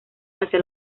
hacia